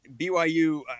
BYU